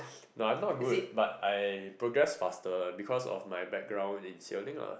no I'm not good but I progress faster because of my background in sailing lah